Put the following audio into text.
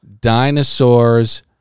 dinosaurs